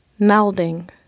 melding